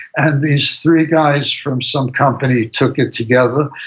and these three guys from some company took it together,